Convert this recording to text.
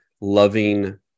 loving